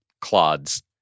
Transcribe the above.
clods